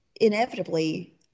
inevitably